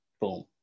boom